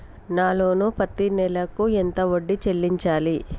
నా లోను పత్తి నెల కు ఎంత వడ్డీ చెల్లించాలి?